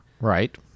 Right